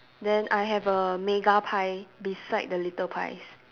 then I have a mega pie beside the little pies